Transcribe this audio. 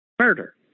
murder